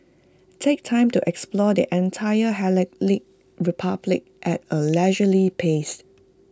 take time to explore the entire Hellenic republic at A leisurely pace